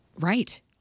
Right